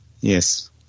Yes